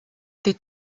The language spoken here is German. die